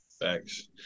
thanks